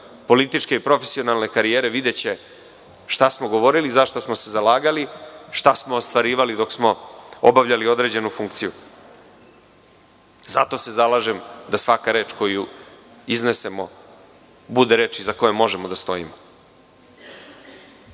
političke i profesionalne karijere, videće šta smo govorili, za šta smo se zalagali, šta smo ostvarivali dok smo obavljali određenu funkciju. Zato se zalažem da svaka reč koju iznesemo bude reč iza koje možemo da stojimo. Suština